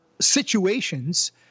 situations